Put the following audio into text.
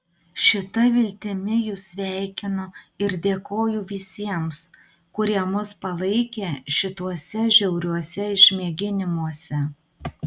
šita viltimi jus sveikinu ir dėkoju visiems kurie mus palaikė šituose žiauriuose išmėginimuose